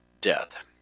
death